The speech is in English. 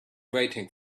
waiting